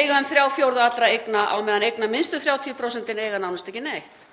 eiga um þrjá fjórðu hluta allra eigna á meðan eignaminnstu 30% eiga nánast ekki neitt.